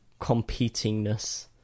competingness